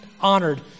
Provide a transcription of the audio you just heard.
honored